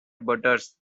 butters